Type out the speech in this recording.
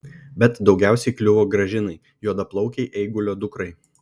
bet daugiausiai kliuvo gražinai juodaplaukei eigulio dukrai